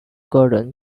gordon